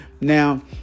Now